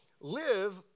live